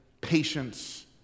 patience